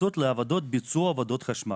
מתייחסות לעבודות ביצוע עבודות חשמל.